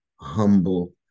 humble